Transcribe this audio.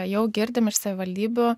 jau girdim iš savivaldybių